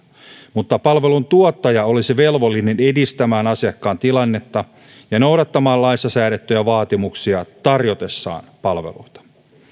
mutta palveluntuottaja olisi velvollinen edistämään asiakkaan tilannetta ja noudattamaan laissa säädettyjä vaatimuksia tarjotessaan palveluita